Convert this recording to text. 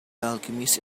alchemist